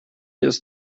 ist